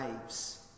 waves